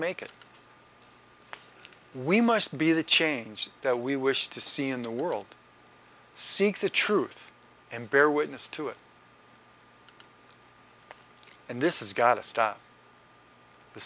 make it we must be the change that we wish to see in the world seek the truth and bear witness to it and this is gotta stop the